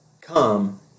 come